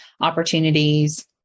opportunities